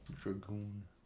Dragoon